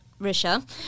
Risha